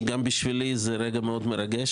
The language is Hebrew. בשבילי זה רגע מאוד מרגש,